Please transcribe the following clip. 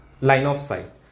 line-of-sight